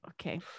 okay